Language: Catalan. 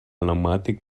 pneumàtic